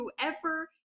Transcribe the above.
whoever